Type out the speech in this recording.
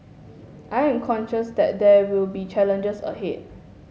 I am conscious that there will be challenges ahead